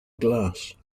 glass